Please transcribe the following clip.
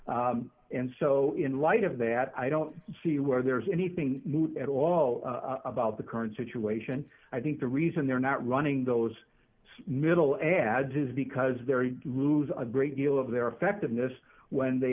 beer and so in light of that i don't see where there's anything at all about the current situation i think the reason they're not running those middle ads is because they're you lose a great deal of their effectiveness when they